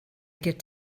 get